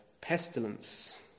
Pestilence